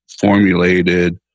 formulated